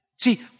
See